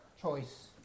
choice